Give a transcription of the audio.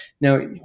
Now